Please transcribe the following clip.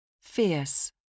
Fierce